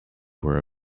were